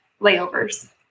layovers